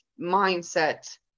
mindset